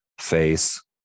face